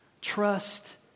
trust